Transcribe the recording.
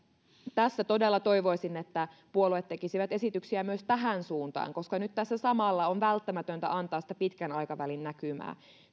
todella toivoisin että puolueet tekisivät esityksiä myös tähän suuntaan koska nyt tässä samalla on välttämätöntä antaa sitä pitkän aikavälin näkymää